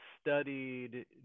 studied